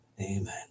amen